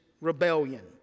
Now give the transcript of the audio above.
rebellion